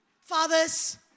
fathers